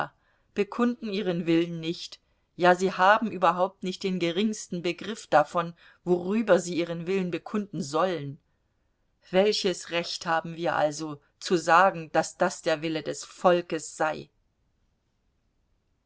bekunden ihren willen nicht ja sie haben überhaupt nicht den geringsten begriff davon worüber sie ihren willen bekunden sollen welches recht haben wir also zu sagen daß das der wille des volkes sei